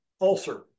ulcer